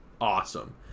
awesome